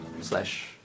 slash